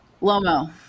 lomo